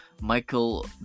Michael